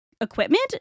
equipment